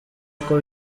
uko